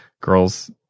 girls